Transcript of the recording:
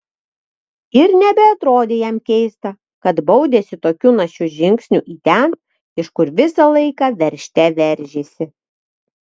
ir nebeatrodė jam keista kad baudėsi tokiu našiu žingsniu į ten iš kur visą laiką veržte veržėsi